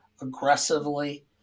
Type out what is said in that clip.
aggressively